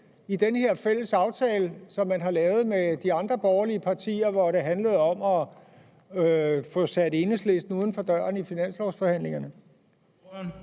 i den her fælles aftale, som man har lavet med de andre borgerlige partier, hvor det handlede om at få sat Enhedslisten uden for døren i finanslovsforhandlingerne?